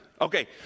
Okay